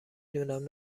دونم